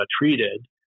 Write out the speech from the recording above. treated